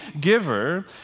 giver